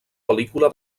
pel·lícula